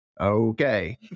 okay